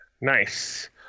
Nice